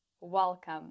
Welcome